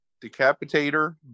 Decapitator